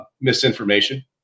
misinformation